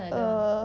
err